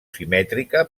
simètrica